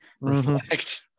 Reflect